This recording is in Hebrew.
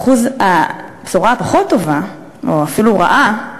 הבשורה הפחות-טובה, או אפילו רעה,